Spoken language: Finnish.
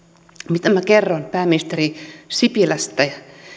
mitä minä kerron pääministeri sipilästä